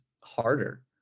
harder